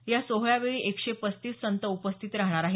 या सोहळ्यावेळी एकशे पस्तीस संत उपस्थित राहणार आहेत